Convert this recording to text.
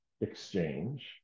exchange